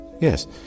yes